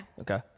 Okay